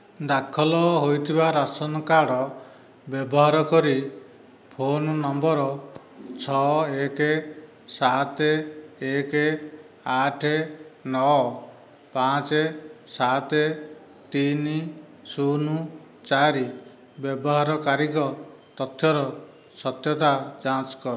ଦାଖଲ ହୋଇଥିବା ration card ବ୍ୟବହାର କରି ଫୋନ ନମ୍ବର ଛଅ ଏକ ସାତ ଏକ ଆଠ ନଅ ପାଞ୍ଚ ସାତ ତିନି ଶୂନ ଚାରି ବ୍ୟବହାରକାରୀଙ୍କ ତଥ୍ୟର ସତ୍ୟତା ଯାଞ୍ଚ କର